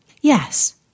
Yes